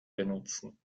benutzen